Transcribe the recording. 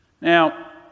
Now